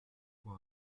pour